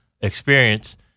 experience